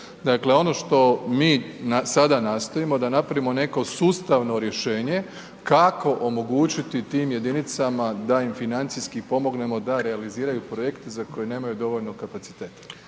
Dakle, ono što mi sada nastojimo, da napravimo neko sustavno rješenje kako omogućiti tim jedinicama da im financijski pomognemo da realiziraju projekte za koje nemaju dovoljno kapaciteta.